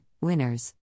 Winners